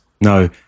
No